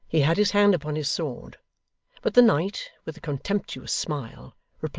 he had his hand upon his sword but the knight, with a contemptuous smile,